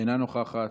אינה נוכחת,